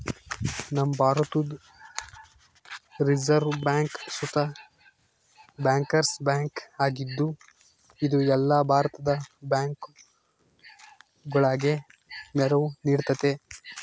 ನಮ್ಮ ಭಾರತುದ್ reserve bank ಸುತ ಬ್ಯಾಂಕರ್ಸ್ ಬ್ಯಾಂಕ್ ಆಗಿದ್ದು, ಇದು ಎಲ್ಲ ಭಾರತದ ಬ್ಯಾಂಕುಗುಳಗೆ ನೆರವು ನೀಡ್ತತೆ